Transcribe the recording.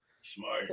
smart